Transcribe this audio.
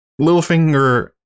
Littlefinger